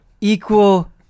equal